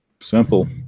Simple